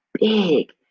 big